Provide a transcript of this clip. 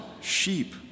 sheep